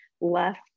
left